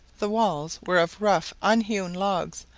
the walls were of rough unhewn logs,